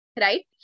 right